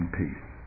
peace